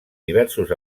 diversos